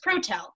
ProTel